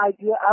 idea